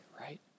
right